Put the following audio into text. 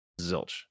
zilch